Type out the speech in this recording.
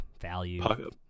value